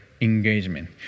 engagement